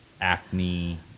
acne